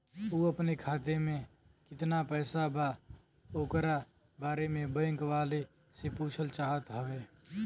उ अपने खाते में कितना पैसा बा ओकरा बारे में बैंक वालें से पुछल चाहत हवे?